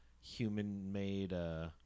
human-made